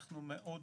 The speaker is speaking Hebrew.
אנחנו מאוד